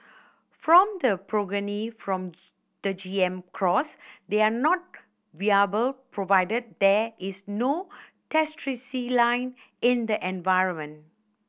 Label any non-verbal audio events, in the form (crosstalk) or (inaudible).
from the progeny from the G M cross they are not viable provided there is no (unintelligible) in the environment